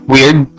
Weird